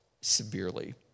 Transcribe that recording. severely